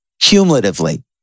cumulatively